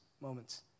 moments